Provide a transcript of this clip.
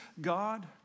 God